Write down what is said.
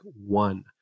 one